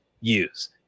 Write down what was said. use